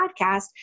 podcast